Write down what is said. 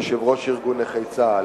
יושב-ראש ארגון נכי צה"ל,